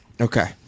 Okay